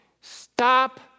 stop